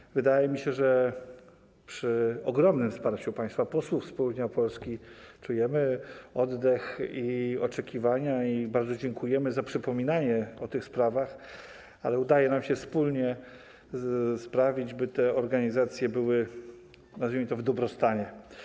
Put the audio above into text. I wydaje mi się, że przy ogromnym wsparciu państwa posłów z południa Polski - czujemy oddech i oczekiwania i bardzo dziękujemy za przypominanie o tych sprawach - udaje nam się wspólnie sprawić, by te organizacje były, nazwijmy to, w dobrostanie.